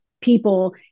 people